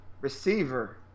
Receiver